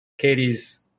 Katie's